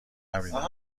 نبینند